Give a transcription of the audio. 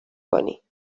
کنی